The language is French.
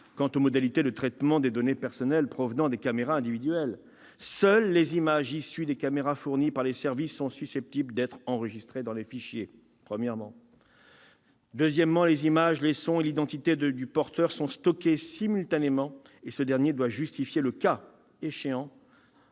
quant aux modalités de traitement des données personnelles provenant des caméras individuelles. Premièrement, seules les images issues des caméras fournies par les services sont susceptibles d'être enregistrées dans les fichiers. Deuxièmement, les images, les sons et l'identité du porteur sont stockés simultanément, et ce dernier doit justifier le cas échéant